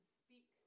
speak